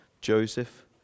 Joseph